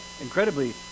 incredibly